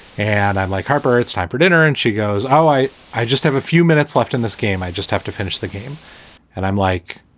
and i'm like, harper, it's time for dinner. and she goes, oh, i. i just have a few minutes left in this game. i just have to finish the game and i'm like,